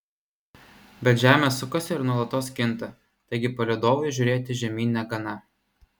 bet žemė sukasi ir nuolatos kinta taigi palydovui žiūrėti žemyn negana